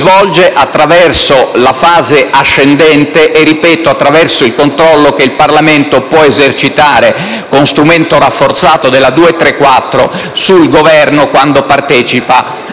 attraverso la fase ascendente e - lo ripeto - attraverso il controllo che il Parlamento può esercitare - con lo strumento rafforzato della citata legge n. 234 - sul Governo quando partecipa